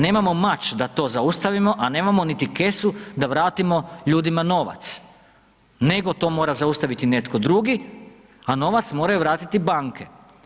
Nemamo mač da to zaustavimo, a nemamo niti kesu da vratimo ljudima novac nego to mora zaustaviti netko drugi a novac moraju vratiti banke.